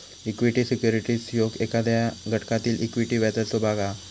equity securities ह्यो एखाद्या घटकातील इक्विटी व्याजाचो भाग हा